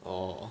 orh